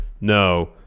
No